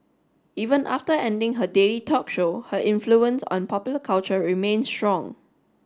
even after ending her daily talk show her influence on popular culture remains strong